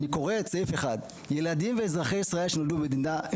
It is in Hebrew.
אני מקריא את סעיף 1 ילדים ואזרחי ישראל שנולדו במדינה עם